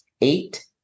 eight